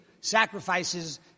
sacrifices